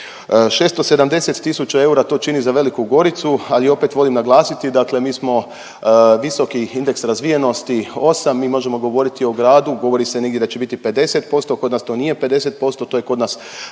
670 tisuća eura to čini za Veliku Goricu, ali opet volim glasiti, dakle mi smo visoki indeks razvijenosti 8, mi možemo govoriti o gradu, govori se negdje da će biti 50%, kod nas to nije 50%, to je kod nas